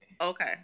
Okay